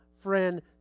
friend